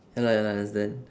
ya lah ya lah understand